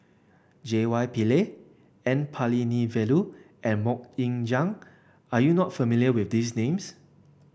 J Y Pillay N Palanivelu and MoK Ying Jang are you not familiar with these names